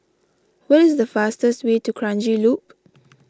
what is the fastest way to Kranji Loop